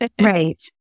Right